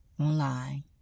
online